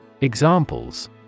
Examples